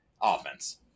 offense